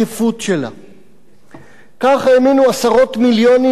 כך האמינו עשרות מיליונים ברוסיה הסובייטית שטוב להם